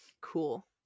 Cool